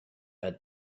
had